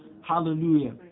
Hallelujah